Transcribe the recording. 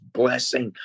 blessing